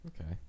Okay